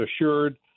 assured